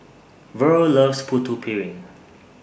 Verl loves Putu Piring